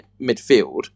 midfield